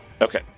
okay